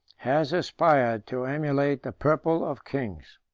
has aspired to emulate the purple of kings.